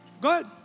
Good